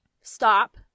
stop